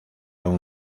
aún